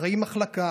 אחראי מחלקה,